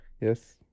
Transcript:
Yes